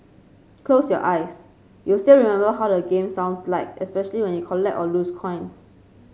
close your eyes you'll still remember how the game sounds like especially when you collect or lose coins